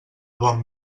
bon